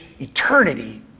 eternity